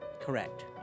Correct